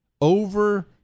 Over